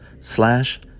slash